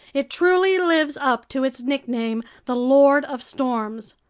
it truly lives up to its nickname, the lord of storms!